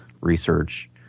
research